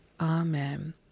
amen